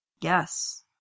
Yes